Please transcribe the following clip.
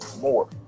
more